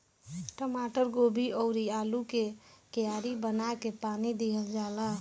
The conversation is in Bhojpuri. टमाटर, गोभी अउरी आलू के कियारी बना के पानी दिहल जाला